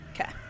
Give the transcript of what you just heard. Okay